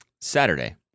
Saturday